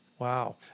Wow